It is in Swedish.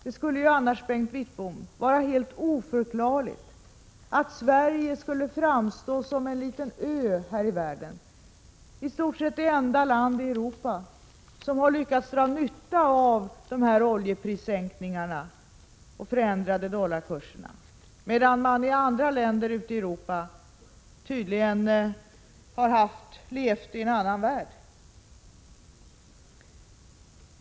Det skulle annars, Bengt Wittbom, vara helt oförklarligt att Sverige framstår som en liten ö i världen, i stort sett det enda land i Europa som lyckats dra nytta av oljeprissänkningarna och de förändrade dollarkurserna, medan andra länder i Europa tydligen har levt i en annan värld.